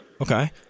Okay